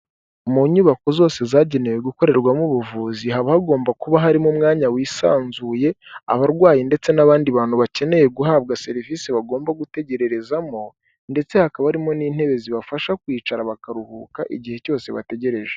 Mu nyubako zose zagenewe gukorerwamo ubuvuzi, haba hagomba kuba harimo umwanya wisanzuye abarwayi ndetse n'abandi bantu bakeneye guhabwa serivise bagomba gutegerezamo ndetse hakaba harimo n'intebe zibafasha kwicara bakaruhuka igihe cyose bategereje.